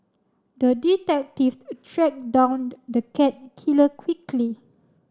the detective track down the cat killer quickly